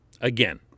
again